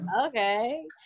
Okay